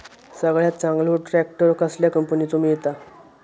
सगळ्यात चांगलो ट्रॅक्टर कसल्या कंपनीचो मिळता?